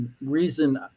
reason